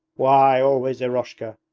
why, always eroshka!